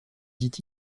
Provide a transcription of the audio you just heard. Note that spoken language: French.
dit